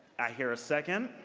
i hear a second.